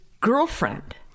girlfriend